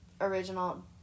original